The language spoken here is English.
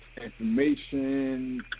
Information